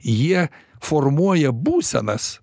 jie formuoja būsenas